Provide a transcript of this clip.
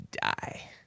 die